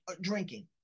drinking